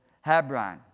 Hebron